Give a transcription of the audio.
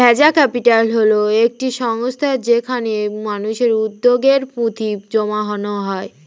venture capital হল একটি সংস্থা যেখানে মানুষের উদ্যোগে পুঁজি জমানো হয়